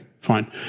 fine